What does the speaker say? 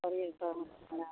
अभी तऽ